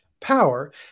power